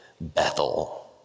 Bethel